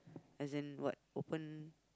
as in what open